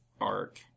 arc